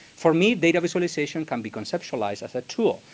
for me, data visualization can be conceptualized as a tool,